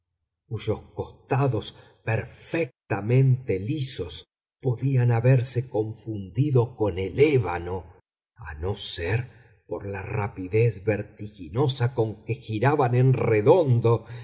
cuyos costados perfectamente lisos podían haberse confundido con el ébano a no ser por la rapidez vertiginosa con que giraban en redondo